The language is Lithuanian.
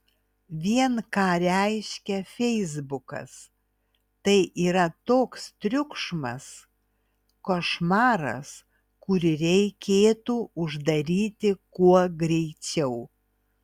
vien ką reiškia feisbukas tai yra toks triukšmas košmaras kurį reikėtų uždaryti kuo greičiau